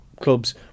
clubs